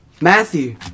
Matthew